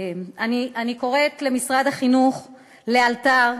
הדעת על